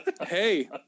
Hey